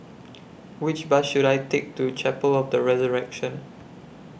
Which Bus should I Take to Chapel of The Resurrection